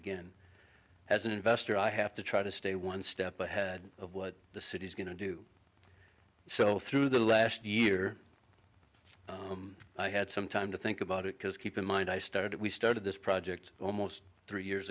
again as an investor i have to try to stay one step ahead of what the city's going to do so through the last year i had some time to think about it because keep in mind i started we started this project almost three years